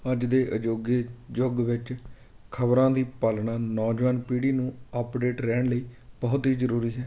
ਅੱਜ ਦੇ ਅਜੋਕੇ ਯੁੱਗ ਵਿੱਚ ਖਬਰਾਂ ਦੀ ਪਾਲਣਾ ਨੌਜਵਾਨ ਪੀੜ੍ਹੀ ਨੂੰ ਅਪਡੇਟ ਰਹਿਣ ਲਈ ਬਹੁਤ ਹੀ ਜ਼ਰੂਰੀ ਹੈ